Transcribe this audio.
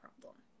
problem